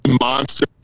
Monster